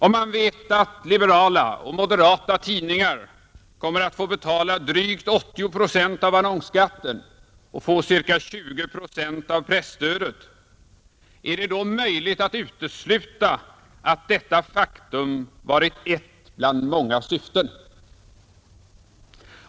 Om man vet att liberala och moderata tidningar kommer att få betala drygt 80 procent av annonsskatten och få ca 20 procent av presstödet, är det då möjligt att utesluta att denna konsekvens varit ett bland många syften?